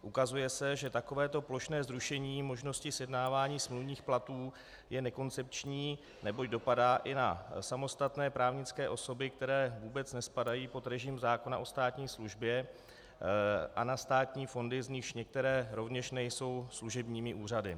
Ukazuje se, že takovéto plošné zrušení možnosti sjednávání smluvních platů je nekoncepční, neboť dopadá i na samostatné právnické osoby, které vůbec nespadají pod režim zákona o státní službě, a na státní fondy, z nichž některé rovněž nejsou služebními úřady.